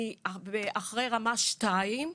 אחרי רמה 2,